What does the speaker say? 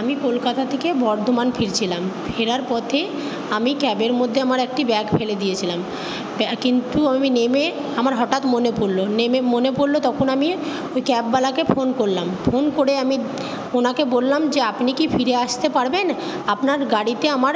আমি কলকাতা থেকে বর্ধমান ফিরছিলাম ফেরার পথে আমি ক্যাবের মধ্যে আমার একটি ব্যাগ ফেলে দিয়েছিলাম কিন্তু আমি নেমে আমার হঠাৎ মনে পড়ল নেমে মনে পড়ল তখন আমি ওই ক্যাবওয়ালাকে ফোন করলাম ফোন করে আমি ওনাকে বললাম যে আপনি কি ফিরে আসতে পারবেন আপনার গাড়িতে আমার